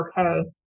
okay